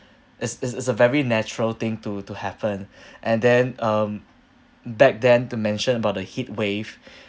it's it's a very natural thing to to happen and then um back then to mention about the heat wave